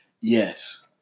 Yes